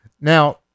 Now